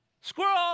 Squirrel